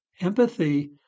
empathy